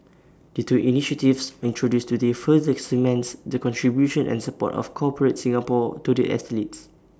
the two initiatives introduced today further cements the contribution and support of corporate Singapore to the athletes